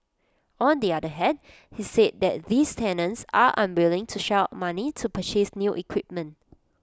on the other hand he said that these tenants are unwilling to shell out money to purchase new equipment